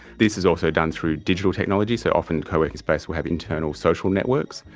this is also done through digital technology, so often co-working space will have internal social networks.